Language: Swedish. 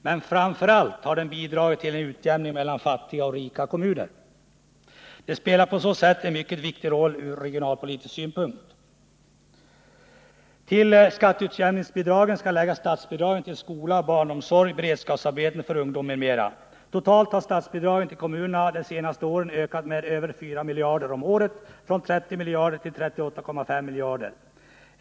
Men framför allt har den bidragit till en utjämning mellan fattiga och rika kommuner. Den spelar på så sätt också en mycket viktig roll ur regionalpolitisk synpunkt. Till skatteutjämningsbidragen skall läggas statsbidragen till skola, barnomsorg, beredskapsarbeten för ungdom m.m. Totalt har statsbidragen till kommunerna de senaste två åren ökat med över 4 miljarder om året — från 30 miljarder till 38,5 miljarder.